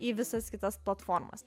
į visas kitas platformas